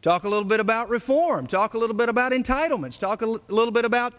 talk a little bit about reform talk a little bit about entitlements talk a little bit about